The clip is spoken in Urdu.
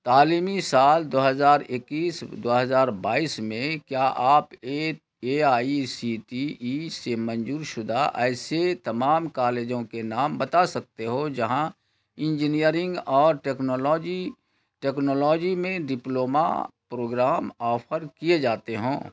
تعلیمی سال دو ہزار اکیس دو ہزار بائس میں کیا آپ A A I C T E سے منظور شدہ ایسے تمام کالجوں کے نام بتا سکتے ہو جہاں انجینئرنگ اور ٹیکنالوجی ٹیکنالوجی میں ڈپلومہ پروگرام آفر کیے جاتے ہوں